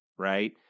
right